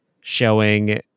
showing